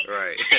right